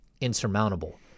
insurmountable